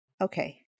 Okay